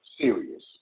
serious